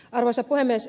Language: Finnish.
arvoisa puhemies